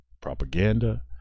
propaganda